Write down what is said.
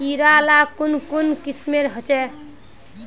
कीड़ा ला कुन कुन किस्मेर होचए?